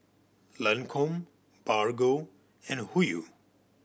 Lancome Bargo and Hoyu